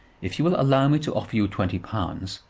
if you will allow me to offer you twenty pounds,